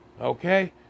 okay